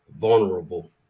Vulnerable